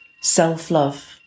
self-love